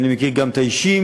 אני מכיר גם את האישים,